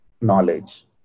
knowledge